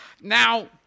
Now